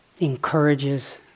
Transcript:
encourages